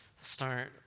start